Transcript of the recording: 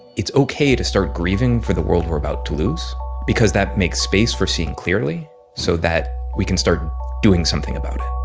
it's ok to start grieving for the world we're about to lose because that makes space for seeing clearly so that we can start doing something about it